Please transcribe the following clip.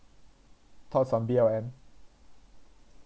thoughts on B_L_M